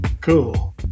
cool